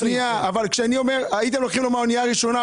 הייתם לוקחים לו מהאונייה הראשונה,